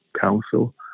Council